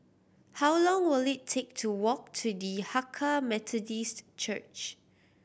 how long will it take to walk to the Hakka Methodist Church